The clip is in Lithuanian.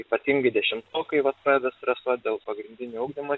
ypatingai dešimtokai vat pradeda stresuot dėl pagrindinio ugdymo